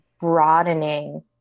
broadening